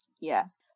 yes